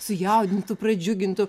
sujaudintų pradžiugintų